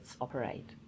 operate